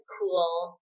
cool